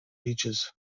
beaches